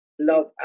love